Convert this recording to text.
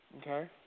Okay